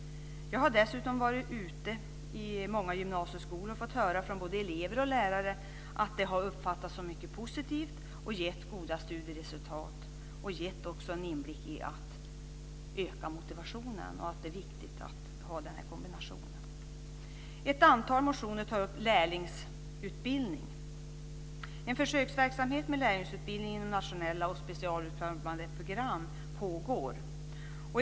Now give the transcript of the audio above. Jag har dessutom när jag varit ute i många gymnasieskolor fått höra från både elever och lärare att det har uppfattats som mycket positivt och gett goda studieresultat. Det har också ökat motivationen, och det är viktigt att ha den kombinationen. Ett antal motioner tar upp lärlingsutbildningen. En försöksverksamhet med lärlingsutbildning inom nationella och specialutformade program pågår.